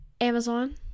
Amazon